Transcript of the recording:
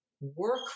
work